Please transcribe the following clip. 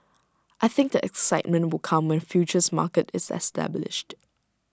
I think the excitement will come when futures market is established